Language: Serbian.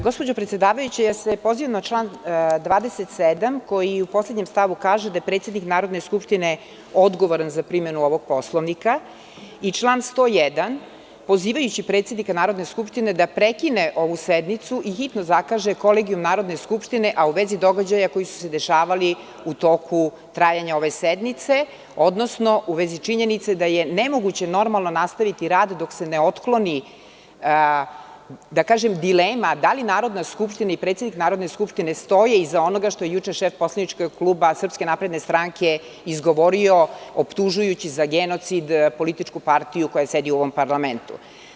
Gospođo predsedavajuća, pozivam se na član 27. koji u poslednjem stavu kaže da je predsednik Narodne skupštine odgovoran za primenu ovog Poslovnika i član 101. pozivajući predsednika Narodne skupštine da prekine ovu sednicu i hitno zakaže Kolegijum Narodne skupštine, a u vezi događaja koji su se dešavali u toku trajanja ove sednice, odnosno u vezi činjenice da je nemoguće normalno nastaviti rad dok se ne otkloni dilema da li Narodna skupština i predsednik Narodne skupštine stoji iza onoga što je juče šef poslaničkog kluba SNS izgovorio, optužujući za genocid političku partiju koja sedi u ovom parlamentu.